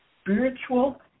spiritual